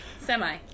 Semi